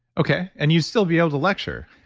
okay. and you still be able to lecture.